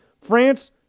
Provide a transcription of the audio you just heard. France